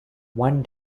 one